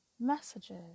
messages